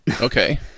Okay